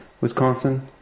Wisconsin